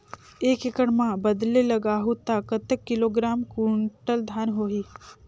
एक एकड़ मां बदले लगाहु ता कतेक किलोग्राम कुंटल धान होही?